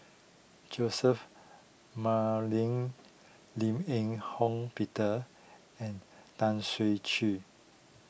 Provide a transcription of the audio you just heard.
Joseph McNally Lim Eng Hock Peter and Tan Ser Cher